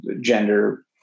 gender